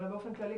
אלא באופן כללי,